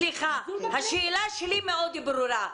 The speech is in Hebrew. סליחה, השאלה שלי ברורה מאוד: